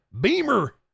beamer